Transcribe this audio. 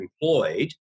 employed